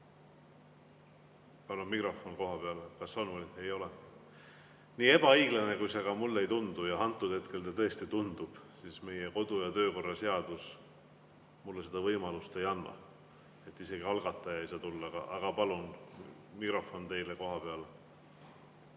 Palun mikrofon kohapeale! Kas on või ei ole? Nii ebaõiglane, kui see ka mulle ei tundu – ja antud hetkel ta tõesti tundub –, meie kodu‑ ja töökorra seadus mulle seda võimalust ei anna. Isegi algataja ei saa tulla. Aga palun, mikrofon teile kohapeal!